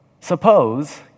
Suppose